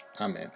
Amen